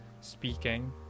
speaking